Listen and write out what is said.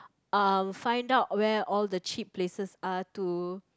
uh find out where all the cheap places are to